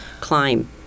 climb